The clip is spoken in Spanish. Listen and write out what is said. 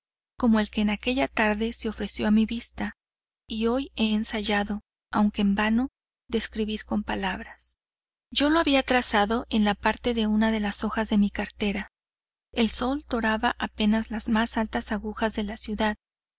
como el que aquella tarde se ofreció a mi vista y hoy he ensayado aunque en vano describir con palabras yo lo había trazado en parte en una de las hojas de mi cartera el sol doraba apenas las más altas agujas de la ciudad